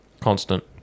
Constant